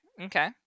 Okay